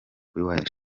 www